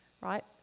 right